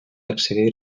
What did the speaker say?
accedir